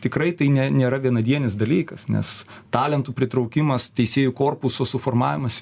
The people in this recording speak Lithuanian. tikrai tai ne nėra vienadienis dalykas nes talentų pritraukimas teisėjų korpuso suformavimas